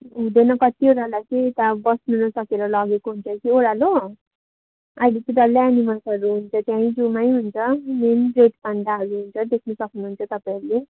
हुँदैन कतिवटालाई चाहिँ यता बस्नु नसकेर लगेको हुन्छ कि ओह्रालो अहिले चाहिँ डल्लै एनिमल्सहरू हुन्छ त्यहाँ जूमा हुन्छ मेन रेड पान्डाहरू हुन्छ देख्नु सक्नु हुन्छ तपाईँहरूले